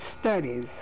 studies